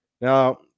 Now